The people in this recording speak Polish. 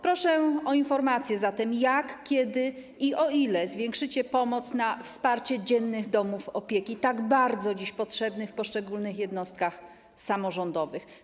Proszę zatem o informację, jak, kiedy i o ile zwiększycie pomoc na wsparcie dziennych domów opieki, tak bardzo dziś potrzebnych w poszczególnych jednostkach samorządowych.